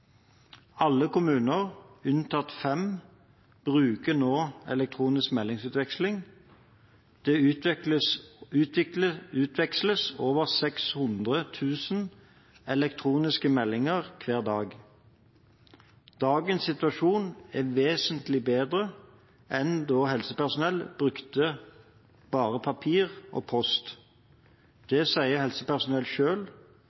Alle kommuner, unntatt fem, bruker nå elektronisk meldingsutveksling. Det utveksles over 600 000 elektroniske meldinger hver dag. Dagens situasjon er vesentlig bedre enn da helsepersonell brukte bare papir og post.